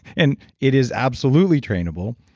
and it is absolutely trainable.